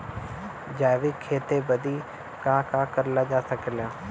जैविक खेती बदे का का करल जा सकेला?